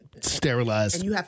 sterilized